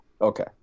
Okay